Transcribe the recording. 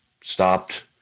stopped